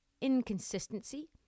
inconsistency